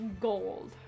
gold